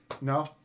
No